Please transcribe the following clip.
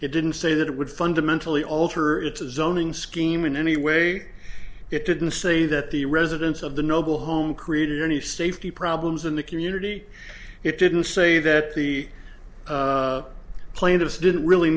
it didn't say that it would fundamentally alter its zoning scheme in any way it didn't say that the residents of the noble home created any safety problems in the community it didn't say that the plaintiff didn't really